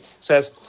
says